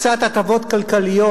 קצת הטבות כלכליות,